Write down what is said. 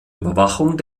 überwachung